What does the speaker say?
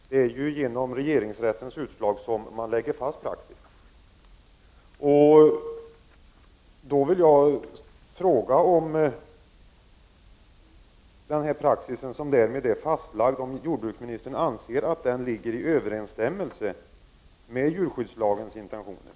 Det är genom regeringsrättens utslag som praxis läggs fast. Anser jordbruksministern att denna praxis är i överenstämmelse med djurskyddslagens intentioner?